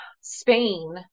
Spain